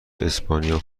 اسپانیا